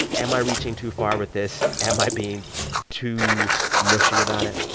am i reaching too far with this? am i being too mushy about it?